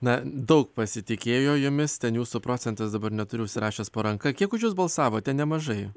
na daug pasitikėjo jumis ten jūsų procentas dabar neturiu užsirašęs po ranka kiek jus balsavo ten nemažai